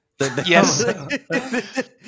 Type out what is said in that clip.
Yes